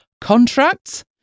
contracts